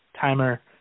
timer